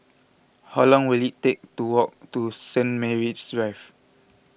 how long will it take to walk to Saint Martin's Drive